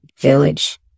Village